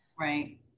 Right